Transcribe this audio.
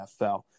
NFL